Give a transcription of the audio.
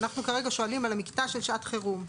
אנחנו כרגע שואלים על המקטע של שעת חירום,